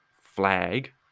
flag